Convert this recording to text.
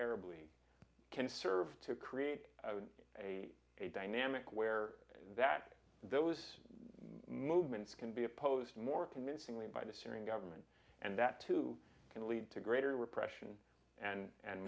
arab league can serve to create a dynamic where that those movements can be opposed more convincingly by the syrian government and that too can lead to greater repression and